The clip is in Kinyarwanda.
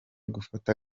gufata